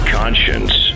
conscience